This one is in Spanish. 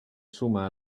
suma